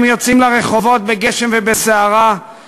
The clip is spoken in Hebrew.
הם יוצאים לרחובות בגשם ובסערה,